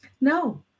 No